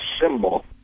symbol